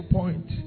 point